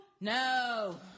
No